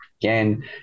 again